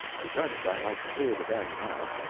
i judged i might clear the den, now,